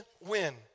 win